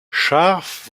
scharf